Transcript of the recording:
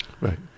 right